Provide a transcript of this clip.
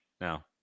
Now